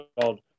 called